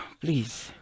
please